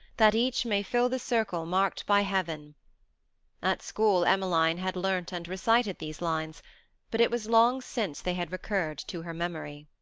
that each may fill the circle marked by heaven at school, emmeline had learnt and recited these lines but it was long since they had recurred to her memory.